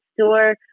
store